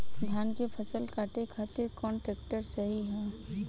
धान के फसल काटे खातिर कौन ट्रैक्टर सही ह?